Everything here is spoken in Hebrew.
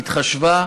הוחשבה,